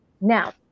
Now